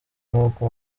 nkuko